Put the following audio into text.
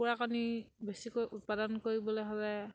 কুকুৰা কণী বেছিকৈ উৎপাদন কৰিবলৈ হ'লে